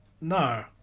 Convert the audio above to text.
No